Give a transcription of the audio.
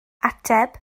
ateb